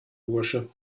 bursche